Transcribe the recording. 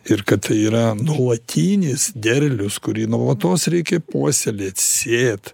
ir kad tai yra nuolatinis derlius kurį nuolatos reikia puoselėt sėt